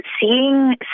Seeing